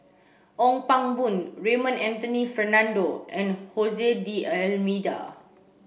Ong Pang Boon Raymond Anthony Fernando and D'almeida